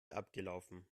abgelaufen